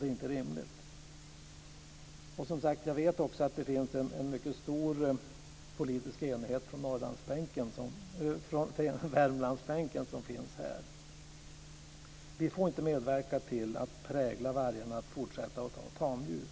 Det är inte rimligt. Jag vet att det finns en mycket stor politisk enighet på Värmlandsbänken representerad här. Vi får inte medverka till att prägla vargarna till att fortsätta att ta tamdjur.